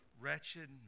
Wretched